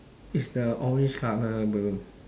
is the orange colour balloon